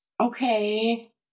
Okay